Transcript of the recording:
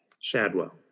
Shadwell